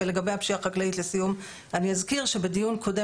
לגבי הפשיעה החקלאית אני אזכיר שבדיון קודם